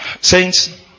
Saints